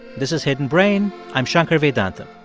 this is hidden brain. i'm shankar vedantam.